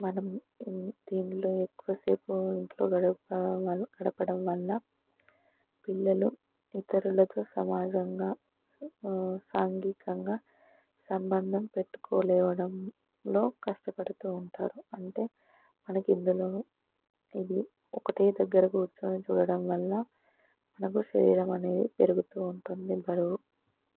మనం దీంట్లో ఎక్కువసేపు ఇంట్లో గడపడం వ గడపడం వల్ల పిల్లలు ఇతరులతో సమాజంగా సాంఘికంగా సంబంధం పెట్టుకోలేకపోవడంలో కష్టపడుతూ ఉంటారు అంటే మనకి ఇందులో ఇది ఒకటే దగ్గరకు కూర్చుని చూడడం వల్ల మనకు శరీరం అనేది పెరుగుతూ ఉంటుంది బరువు